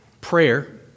prayer